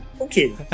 Okay